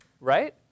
right